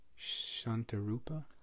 Shantarupa